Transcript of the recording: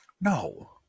No